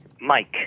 Mike